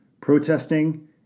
protesting